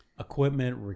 Equipment